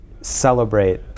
celebrate